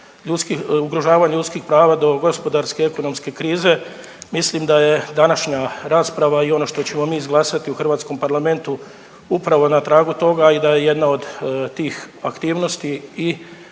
ugrožavanja ljudskih prava do gospodarske i ekonomske krize. Mislim da je današnja rasprava i ono što ćemo mi izglasati u hrvatskom parlamentu upravo na tragu toga i da je jedna od tih aktivnosti i